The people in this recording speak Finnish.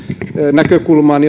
näkökulmaan